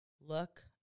look